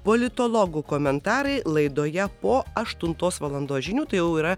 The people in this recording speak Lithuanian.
politologų komentarai laidoje po aštuntos valandos žinių tai jau yra